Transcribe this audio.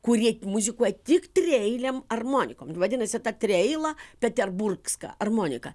kurie muzikuoja tik trieilėm armonikom vadinasi ta trieila peterburgska armonika